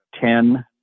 ten